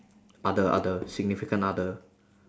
other other significant other